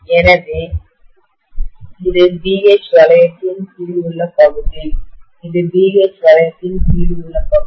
எனவே இது BH வளையத்தின் கீழ் உள்ள பகுதி இது BH வளையத்தின் கீழ் உள்ள பகுதி